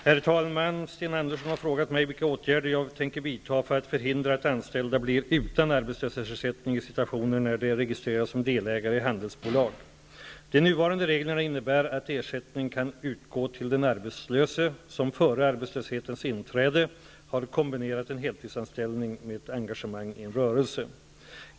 Herr talman! Sten Andersson i Malmö har frågat mig vilka åtgärder jag tänker vidta för att förhindra att anställda blir utan arbetslöshetsersättning i situationer när de är registrerade som delägare i ett handelsbolag. De nuvarande reglerna innebär att ersättning kan utgå till den arbetslöse som före arbetlöshetens inträde har kombinerat en heltidsanställning med ett engagemang i en rörelse.